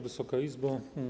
Wysoka Izbo!